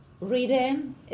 reading